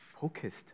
focused